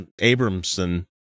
Abramson